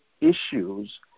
issues